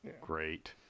great